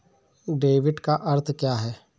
Debit का अर्थ क्या है?